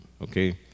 okay